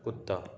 کتّا